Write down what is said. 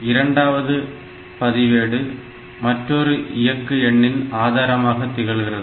இரண்டாவது பதிவேடு மற்றொரு இயக்கு எண்ணின் ஆதாரமாக திகழ்கிறது